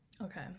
Okay